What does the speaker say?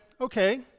okay